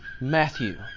Matthew